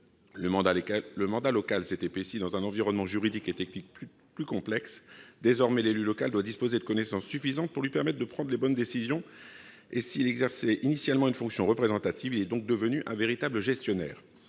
Le mandat local s'est épaissi, dans un environnement juridique et technique plus complexe. Désormais, l'élu local doit disposer de connaissances suffisantes pour prendre les bonnes décisions. S'il exerçait initialement une fonction représentative, il est aujourd'hui devenu un véritable gestionnaire.